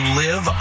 live